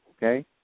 Okay